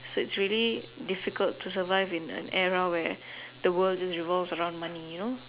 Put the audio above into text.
so it's really difficult to survive in an era where the world just revolves around money you know